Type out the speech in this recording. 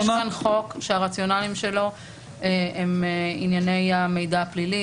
יש כאן חוק שהרציונלים שלו הם ענייני המידע הפלילי.